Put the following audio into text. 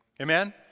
Amen